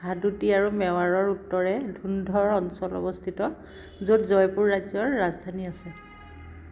হাদোতি আৰু মেৱাৰৰ উত্তৰে ধুন্ধৰ অঞ্চল অৱস্থিত য'ত জয়পুৰ ৰাজ্যৰ ৰাজধানী আছে